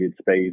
space